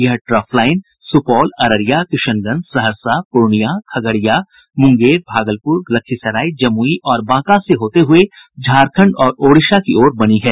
यह trough line Supaul Araria Kishanganj Saharsa Purnia Khagaria Munger Bhagalpur Lakhisarai Jamui और बांका से होते हुए झारखंड और ओडिशा की ओर बनी है